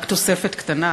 רק תוספת קטנה: